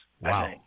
Wow